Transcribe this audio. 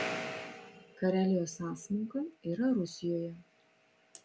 karelijos sąsmauka yra rusijoje